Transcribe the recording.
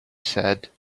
said